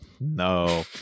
No